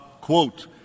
quote